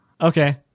Okay